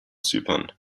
zypern